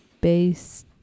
base